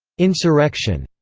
insurrection,